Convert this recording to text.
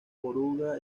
oruga